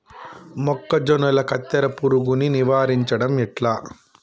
మొక్కజొన్నల కత్తెర పురుగుని నివారించడం ఎట్లా?